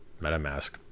MetaMask